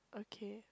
okay